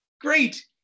Great